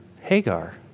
Hagar